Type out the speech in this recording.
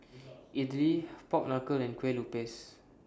Idly Pork Knuckle and Kueh Lupis